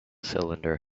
cylinder